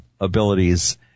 abilities